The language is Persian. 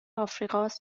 آفریقاست